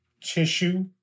tissue